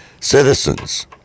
citizens